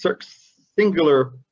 singular